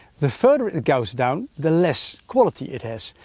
the further it goes down, the less quality it has.